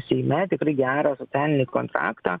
seime tikrai gerą socialinį kontraktą